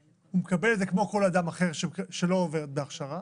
מקבל אותם כמו כל אדם אחר שלא עובר הכשרה